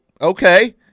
okay